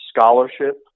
scholarship